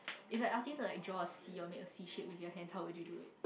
it's like to like draw a C or make a C shape with your hands how would you do it